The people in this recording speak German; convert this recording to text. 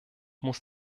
muss